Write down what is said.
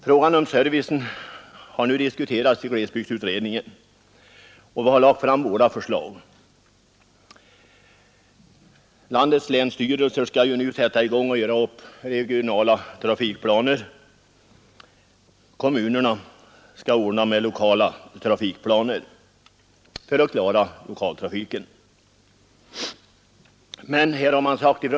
Frågan om servicen har nu diskuterats i glesbygdsutredningen, och vi har lagt fram våra förslag. Landets länsstyrelser skall nu sätta i gång att göra upp regionala trafikplaner, och kommunerna skall ordna med lokala trafikplaner för att klara lokaltrafiken.